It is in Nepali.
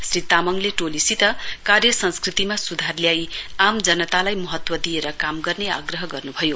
श्री तामाङले टोलीसित कार्यसंस्कृतिमा सुधार ल्याई आम जनतालाई महत्त्व दिएर काम गर्ने आग्रह गर्नु भयो